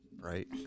Right